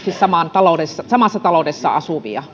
niin sanotusti samassa taloudessa asuvia